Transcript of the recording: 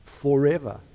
forever